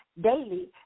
daily